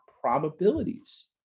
probabilities